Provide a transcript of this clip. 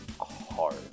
hard